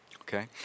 Okay